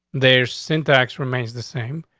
they're syntax remains the same.